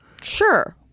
Sure